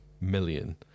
million